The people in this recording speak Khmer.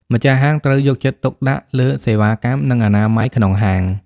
ម្ចាស់ហាងត្រូវយកចិត្តទុកដាក់លើសេវាកម្មនិងអនាម័យក្នុងហាង។